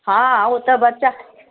हॅं ओ तऽ बच्चा